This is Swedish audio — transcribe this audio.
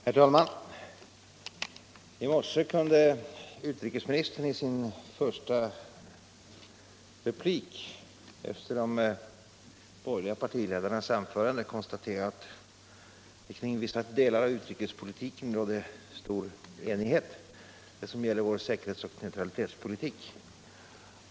Herr talman! I morse kunde utrikesministern i sin första replik efter de borgerliga partiledarnas anföranden konstatera att det kring vissa delar av utrikespolitiken råder stor enighet, nämligen om vår säkerhets och neutralitetspolitik.